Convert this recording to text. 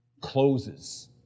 closes